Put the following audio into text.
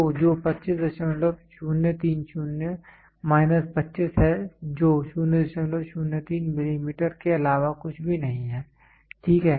तो जो 25030 माइनस 25 है जो 003 मिलीमीटर के अलावा कुछ भी नहीं है ठीक है